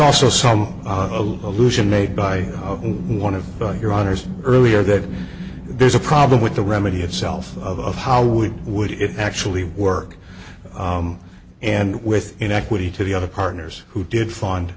also some allusion made by one of your honor's earlier that there's a problem with the remedy itself of how would would it actually work and with in equity to the other partners who did fund